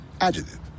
Adjective